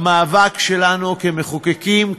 במאבק שלנו כמחוקקים,